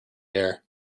air